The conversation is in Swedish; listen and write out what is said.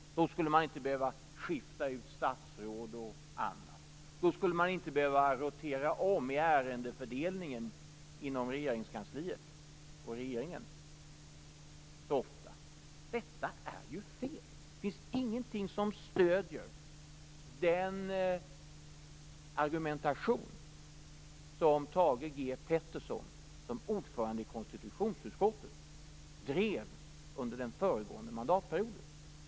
Då skulle man inte behöva skifta ut statsråd och annat. Då skulle man inte behöva rotera om i ärendefördelningen inom Regeringskansliet och regeringen så ofta. Detta är ju fel! Det finns ingenting som stöder den argumentation som Thage G Peterson som ordförande i konstitutionsutskottet drev under den föregående mandatperioden.